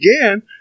again